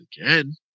again